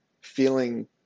feeling